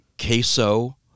queso